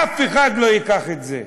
אף אחד לא ייקח את זה.